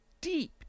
deep